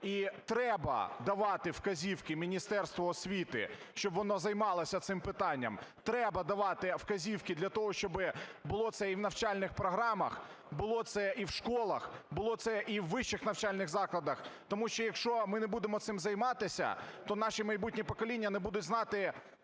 І треба давати вказівки Міністерству освіти, щоб воно займалось цим питанням. Треба давати вказівки для того, щоб було це і в навчальних програмах, було це і в школах, було це і у вищих навчальних закладах. Тому що, якщо ми не будемо цим займатися, то наші майбутні покоління не будуть знати